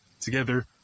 together